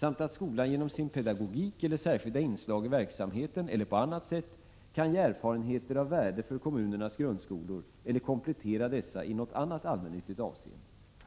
samt att skolan genom sin pedagogik eller särskilda inslag i verksamheten eller på annat sätt kan ge erfarenheter av värde för kommunernas grundskolor eller komplettera dessa i något annat allmännyttigt avseende.